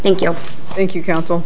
thank you thank you counsel